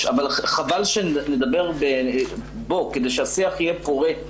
אדוני היושב-ראש, כדי שהשיח יהיה פורה,